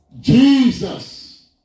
Jesus